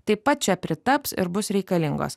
taip pat čia pritaps ir bus reikalingos